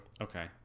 okay